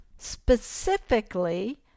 specifically